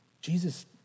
Jesus